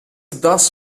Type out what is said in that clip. thus